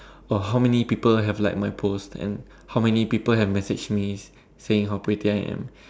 oh how many people have liked my post and how many people have messaged me saying how pretty I am